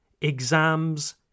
Exams